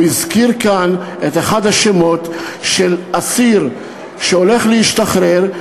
הוא הזכיר כאן שם של אסיר שהולך להשתחרר,